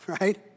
right